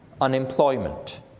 Unemployment